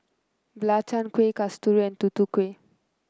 belacan Kueh Kasturi Tutu Kueh